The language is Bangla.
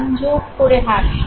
জোর করে হাসলাম